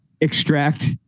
Extract